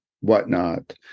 whatnot